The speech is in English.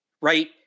right